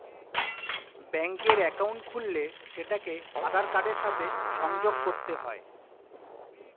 ব্যাঙ্কের অ্যাকাউন্ট খুললে সেটাকে আধার কার্ডের সাথে সংযোগ করতে হয়